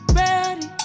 ready